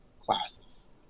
classes